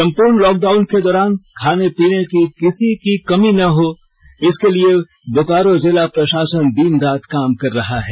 संपूर्ण लॉकडाउन के दौरान खाने पीने की किसी को कमी ना हो इसके लिए बोकारो जिला प्रशासन दिन रात काम कर रहा है